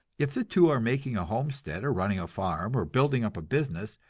if the two are making a homestead, or running a farm, or building up a business,